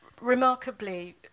Remarkably